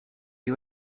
you